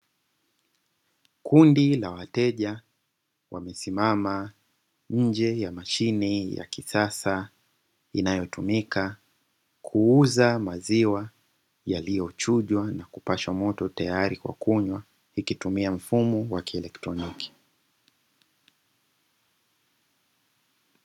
Kundi la wateja wamesimama nje ya mashine ya kisasa inayotumika kuuza maziwa yaliyochujwa na kupashwa moto tayari kwa kunywa, ikitumia mfumo wa kielektroniki.